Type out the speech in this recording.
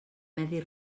medi